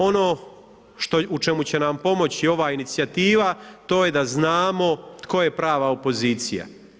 Ono u čemu će nam pomoći ova inicijativa, to je da znamo tko je prava opozicija.